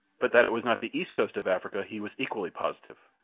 but that it was not the east coast of africa he was equally positive,